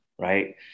right